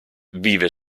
vive